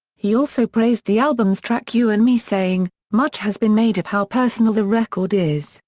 he also praised the album's track you and me saying much has been made of how personal the record is,